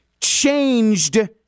Changed